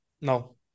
No